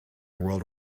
world